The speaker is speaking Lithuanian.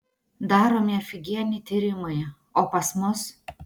daromi afigieni tyrimai o pas mus